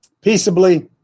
peaceably